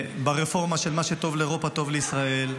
ברפורמה של "מה שטוב לאירופה טוב לישראל",